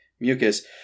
mucus